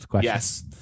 Yes